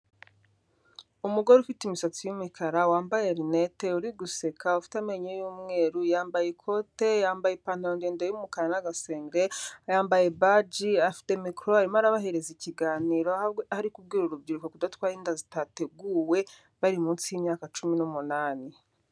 Umugore ufite imisatsi y'imikara, wambaye rinete uri guseka ufite amenyo y'umweru yambaye ikote, yambaye ipantaro ndende y'umukara n'agasengere, yambaye baji, afite mikoro arimo arabahereza ikiganiro aharikubwira urubyiruko kudatwara inda zitateguwe bari munsi y'imyaka cumi n'umunani.